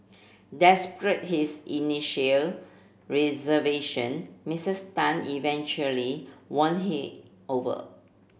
his initial reservation Misses Tan eventually won he over